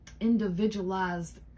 individualized